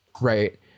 Right